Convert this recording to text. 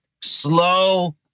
slow